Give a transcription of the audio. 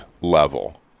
level